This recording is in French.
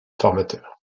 formateur